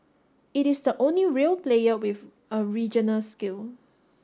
it is the only real player with a regional scale